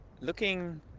looking